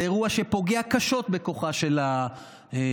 וזה אירוע שפוגע קשות בכוחה של הכנסת.